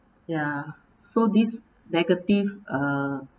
ya so these negative uh